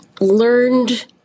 learned